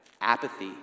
apathy